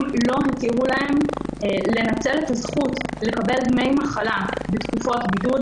לא התירו להן לנצל את הזכות לקבל דמי מחלה בתקופות בידוד